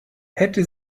hätte